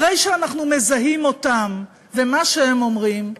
אחרי שאנחנו מזהים אותם ואת מה שהם אומרים,